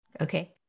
okay